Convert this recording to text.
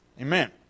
Amen